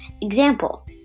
Example